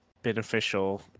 beneficial